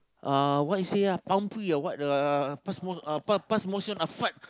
uh what you say ah pumpy uh what uh pass mo~ uh pa~ pass motion uh fart